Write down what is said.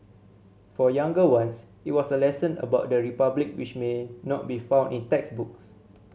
for younger ones it was a lesson about the republic which may not be found in textbooks